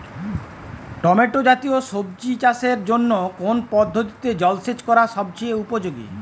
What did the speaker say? Tomato জাতীয় সবজি চাষের জন্য কোন পদ্ধতিতে জলসেচ করা সবচেয়ে উপযোগী?